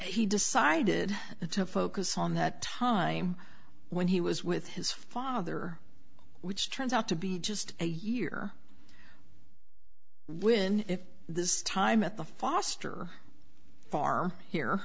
he decided to focus on that time when he was with his father which turns out to be just a year when if this time at the foster far here